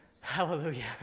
Hallelujah